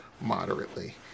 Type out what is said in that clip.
moderately